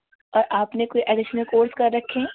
اور آپ نے کوئی ایڈیشنل کورس کر رکھے ہیں